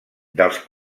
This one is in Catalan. dels